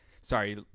Sorry